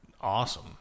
Awesome